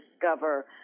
discover